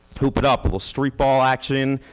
hoop it up, well, street ball action,